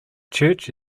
church